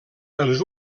els